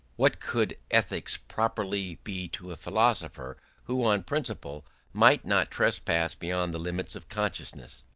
what could ethics properly be to a philosopher who on principle might not trespass beyond the limits of consciousness?